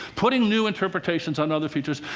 putting new interpretations on other features.